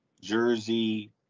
Jersey